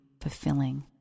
fulfilling